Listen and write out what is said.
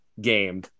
game